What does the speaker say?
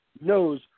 knows